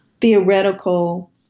theoretical